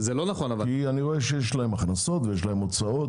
אני רואה שיש להם הכנסות ויש להם הוצאות.